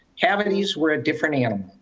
cavities were a different animal.